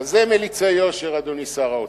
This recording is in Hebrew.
אז זה מליצי יושר, אדוני שר האוצר.